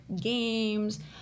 games